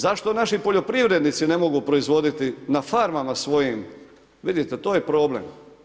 Zašto naši poljoprivrednici ne mogu proizvoditi na farmama svojim, vidite to je problem.